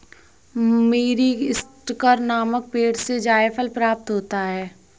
मीरीस्टिकर नामक पेड़ से जायफल प्राप्त होता है